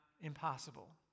impossible